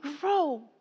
grow